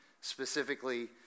specifically